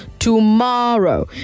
tomorrow